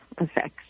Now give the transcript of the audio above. effects